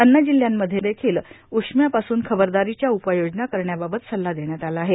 अन्य जिल्ह्यां मध्ये उष्म्यापासून खबरदारोच्या उपाययोजना करण्याबाबत सल्ला देण्यात आला आहे